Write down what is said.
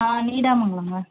ஆ நீடாமங்கலோங்க